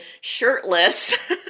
shirtless